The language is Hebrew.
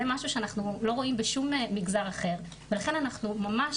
זה משהו שאנחנו לא רואים בשום מגזר אחר ולכן אנחנו ממש